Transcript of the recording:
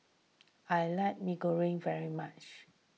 I like Mee Goreng very much